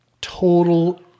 total